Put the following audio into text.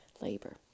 Labor